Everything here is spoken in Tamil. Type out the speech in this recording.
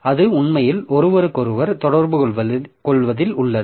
அது உண்மையில் ஒருவருக்கொருவர் தொடர்புகொள்வதில் உள்ளது